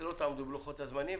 שאתם תעמדו בלוחות הזמנים.